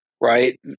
right